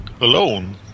alone